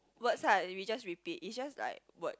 words lah we just repeat it just like word